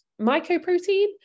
mycoprotein